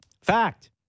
Fact